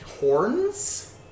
horns